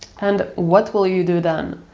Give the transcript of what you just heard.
and what will you do then?